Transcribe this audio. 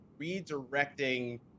redirecting